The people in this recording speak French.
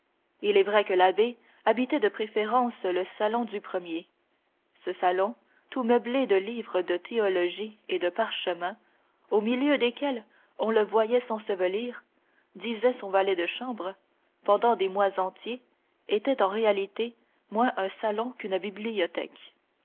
il est vrai que l'abbé habitait de préférence le salon du premier ce salon tout meublé de livres de théologie et de parchemins au milieu desquels on le voyait s'ensevelir disait son valet de chambre pendant des mois entiers était en réalité moins un salon qu'une bibliothèque